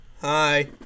Hi